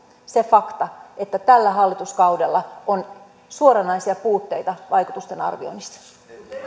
se fakta että tällä hallituskaudella on suoranaisia puutteita vaikutusten arvioinnissa